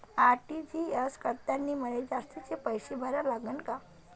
RTGS करतांनी मले जास्तीचे पैसे भरा लागन का?